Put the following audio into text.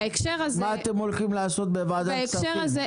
מה אתם הולכים לעשות בוועדת הפנים?